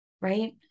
Right